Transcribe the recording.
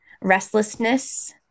restlessness